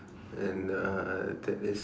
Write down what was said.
and uh that is